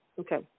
Okay